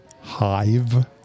Hive